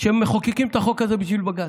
שהם מחוקקים את החוק הזה בשביל בג"ץ.